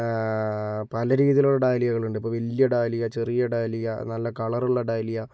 പല രീതീലുള്ള ഡാലിയകൾ ഉണ്ട് ഇപ്പോൾ വലിയ ഡാലിയ ചെറിയ ഡാലിയ നല്ല കളറുള്ള ഡാലിയ